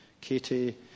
Katie